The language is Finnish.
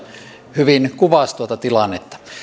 hyvin kuvasi tuota tilannetta